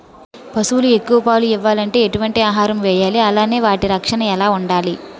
పశువులు ఎక్కువ పాలు ఇవ్వాలంటే ఎటు వంటి ఆహారం వేయాలి అలానే వాటి రక్షణ ఎలా వుండాలి?